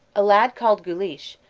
a lad called guleesh,